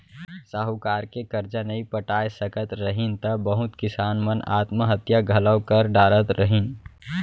साहूकार के करजा नइ पटाय सकत रहिन त बहुत किसान मन आत्म हत्या घलौ कर डारत रहिन